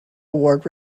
award